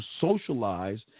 socialize